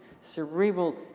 cerebral